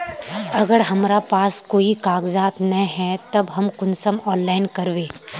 अगर हमरा पास कोई कागजात नय है तब हम कुंसम ऑनलाइन करबे?